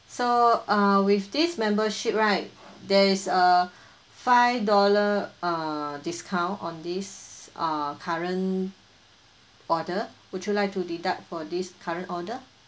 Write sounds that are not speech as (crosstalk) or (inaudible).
so uh with this membership right there is a (breath) five dollar uh discount on this uh current order would you like to deduct for this current order